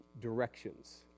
directions